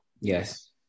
Yes